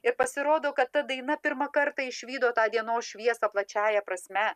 ir pasirodo kad ta daina pirmą kartą išvydo tą dienos šviesą plačiąja prasme